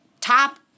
top